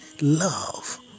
Love